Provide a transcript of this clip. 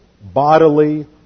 bodily